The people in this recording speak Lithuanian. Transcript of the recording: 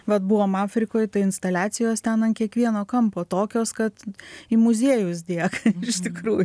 vat buvom afrikoj tai instaliacijos ten ant kiekvieno kampo tokios kad į muziejus dėk iš tikrųjų